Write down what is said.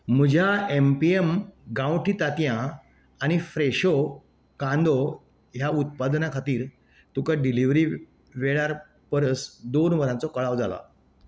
म्हज्या M P M गांवठी तातयां आनी फ्रॅशो कांदो ह्या उत्पादना खातीर तुका डिलिव्हरी वेळा परस दोन वरांचो कळाव जाला